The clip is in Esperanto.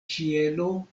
ĉielo